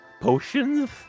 potions